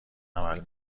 عمل